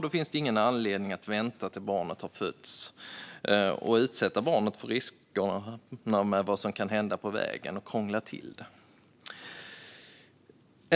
Då finns det ingen anledning att vänta tills barnet har fötts och utsätta barnet för riskerna med vad som kan hända på vägen och krångla till det.